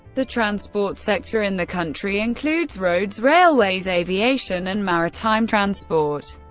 the transport sector in the country includes roads, railways, aviation, and maritime transport.